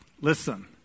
listen